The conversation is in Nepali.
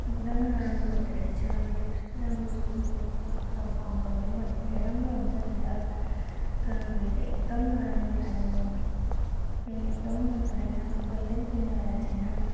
एकदम नराम्रो हुँदो रहेछ मैले कस्तो राम्रो सोचेको थिएँ पसलको अङ्कलले पनि भनेको थियो राम्रो हुन्छ भनेर तर मलाई त एकदम नराम्रो लाग्यो पेन एकदम मनपरेन म कहिले पनि किन्नेवाला छैन